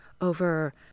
over